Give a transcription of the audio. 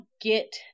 get